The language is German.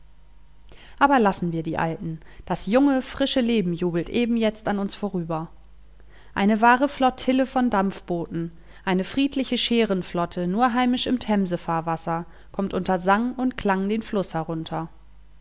aber lassen wir die alten das junge frische leben jubelt eben jetzt an uns vorüber eine wahre flottille von dampfbooten eine friedliche schärenflotte nur heimisch im themsefahrwasser kommt unter sang und klang den fluß herunter